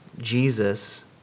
Jesus